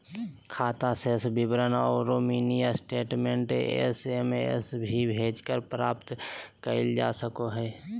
खाता शेष विवरण औरो मिनी स्टेटमेंट एस.एम.एस भी भेजकर प्राप्त कइल जा सको हइ